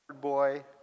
boy